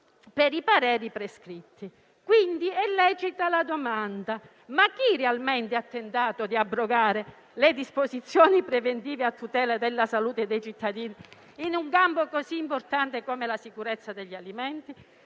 per i pareri prescritti. È quindi lecito chiedersi chi realmente ha tentato di abrogare le disposizioni preventive a tutela della salute dei cittadini in un campo così importante come la sicurezza degli alimenti.